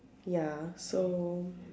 ya so